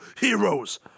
heroes